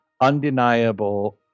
undeniable